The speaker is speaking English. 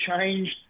changed